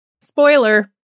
Spoiler